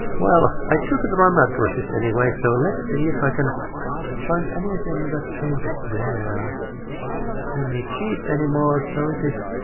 well i took the ram addresses anyway, so let's see if i can find anything that changes there. don't need cheats anymore, so it is